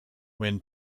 when